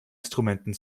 instrumenten